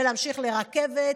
ולהמשיך לרכבת,